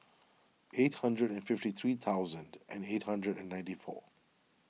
eight hundred and fifty three thousand and eight hundred and ninety four